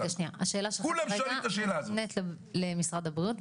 השאלה שלך כרגע מופנית למשרד הבריאות.